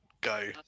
go